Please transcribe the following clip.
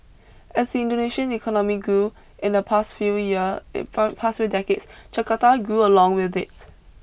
as the Indonesian economy grew in the past few year past few decades Jakarta grew along with it